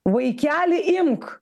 vaikeli imk